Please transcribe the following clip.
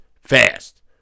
fast